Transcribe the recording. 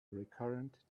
recurrent